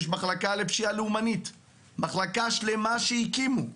יש מחלקה לפשיעה לאומנית, מחלקה שלמה שהקימו.